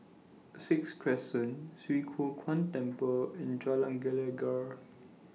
Sixth Crescent Swee Kow Kuan Temple and Jalan Gelegar